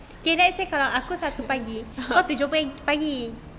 okay let's say kalau aku satu pagi kau tujuh pagi